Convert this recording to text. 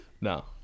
No